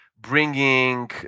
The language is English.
bringing